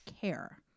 care